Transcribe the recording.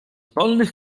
polnych